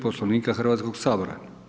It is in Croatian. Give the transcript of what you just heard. Poslovnika Hrvatskog sabora.